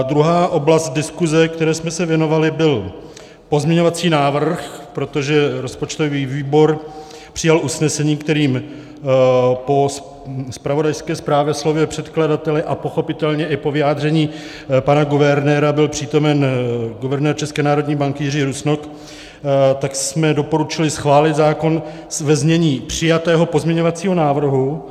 Druhá oblast diskuse, které jsme se věnovali, byl pozměňovací návrh, protože rozpočtový výbor přijal usnesení, kterým po zpravodajské zprávě, vystoupení předkladatele a pochopitelně i po vyjádření pana guvernéra byl přítomen guvernér České národní banky Jiří Rusnok doporučil schválit zákon ve znění přijatého pozměňovacího návrhu.